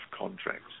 contracts